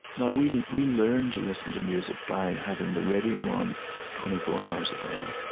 now, we we learn to listen to music by having the radio on twenty four hours a day,